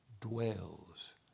dwells